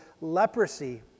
leprosy